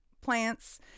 plants